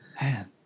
Man